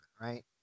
right